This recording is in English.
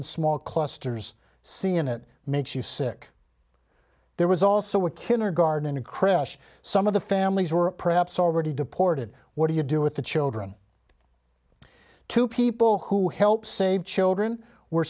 in small clusters see and it makes you sick there was also a kindergarten in a crash some of the families were perhaps already deported what do you do with the children two people who helped save children were